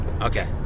Okay